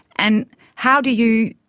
and how do you,